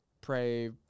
pray